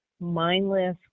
mindless